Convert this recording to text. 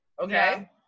Okay